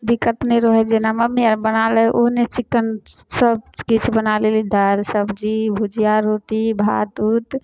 दिक्कत नहि रहै है जेना मम्मी आर बना लै है ओहने चिक्केन सब किछु बना लेली दालि सब्जी भुजिया रोटी भात ऊत